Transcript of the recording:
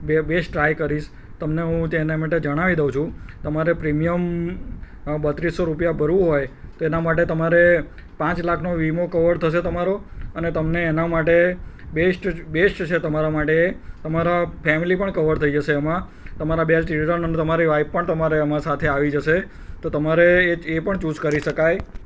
બે best try કરીશ તમને હું તેને માટે જણાવી દઉં છું તમારે પ્રીમિયમ બત્રીસો રૂપિયા ભરવું હોય એના માટે તમારે પાંચ લાખનો વીમો કવર થશે તમારો અને તમને એના માટે બેસ્ટ બેસ્ટ છે તમારા માટે તમારા ફેમિલી પણ કવર થઇ જશે એમાં તમારા બે ચિલ્ડ્રન અને તમારી વાઈફ પણ તમારે એમાં સાથે આવી જશે તો તમારે એ પણ ચૂસ કરી શકાય